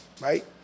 right